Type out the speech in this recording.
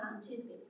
scientific